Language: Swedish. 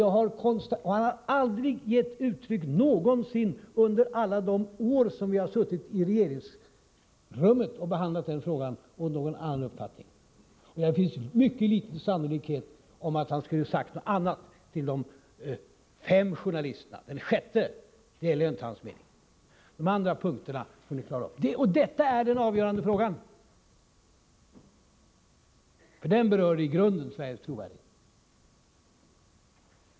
Utrikesministern har aldrig någonsin under alla de år vi inom regeringen har behandlat den frågan gett uttryck för någon avvikande uppfattning. Det finns mycket liten sannolikhet för att han skulle ha gjort det till de fem journalisterna — den sjätte delar ju inte deras mening. Detta är den avgörande frågan. Den berör nämligen i grunden Sveriges trovärdighet.